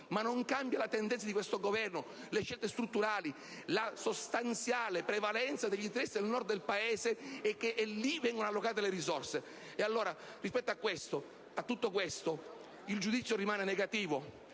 Non cambia però la tendenza di questo Governo, le scelte strutturali e la sostanziale prevalenza degli interessi del Nord del Paese: è lì che vengono allocate le risorse. Allora, rispetto a tutto questo, il giudizio rimane negativo.